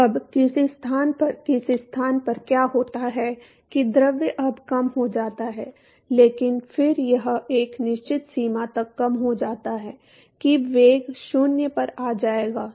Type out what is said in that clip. तो अब किसी स्थान पर किसी स्थान पर क्या होता है कि द्रव अब कम हो जाता है लेकिन फिर यह एक निश्चित सीमा तक कम हो जाता है कि वेग 0 पर आ जाएगा